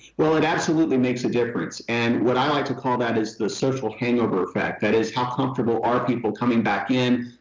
well, it absolutely makes a difference. and what i like to call that is the social hang over effect, that is how comfortable are people coming back in,